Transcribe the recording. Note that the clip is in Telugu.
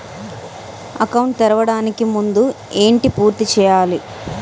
అకౌంట్ తెరవడానికి ముందు ఏంటి పూర్తి చేయాలి?